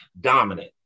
dominant